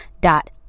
dot